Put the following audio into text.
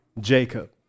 jacob